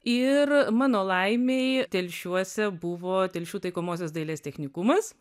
ir mano laimei telšiuose buvo telšių taikomosios dailės technikumas